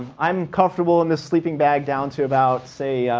i'm comfortable in this sleeping bag down to about, say,